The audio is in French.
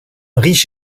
riche